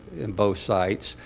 in both sites.